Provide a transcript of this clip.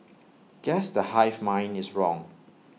guess the hive mind is wrong